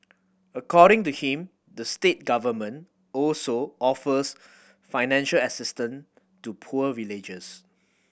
according to him the state government also offers financial assistance to poor villagers